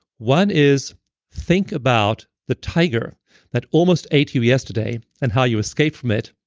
one is think about the tiger that almost ate you yesterday and how you escaped from it.